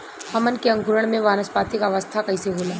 हमन के अंकुरण में वानस्पतिक अवस्था कइसे होला?